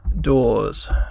doors